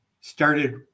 started